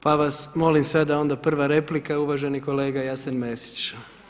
Pa vas molim sada onda prva replika uvaženi kolega Jasen Mesić.